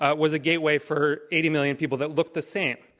ah was a gateway for eighty million people that looked the same.